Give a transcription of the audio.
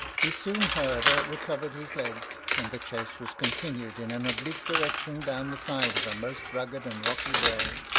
he soon, however, recovered his legs, and the chase was continued in an oblique direction down the side of a most rugged and rocky brae,